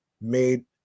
made